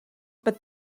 but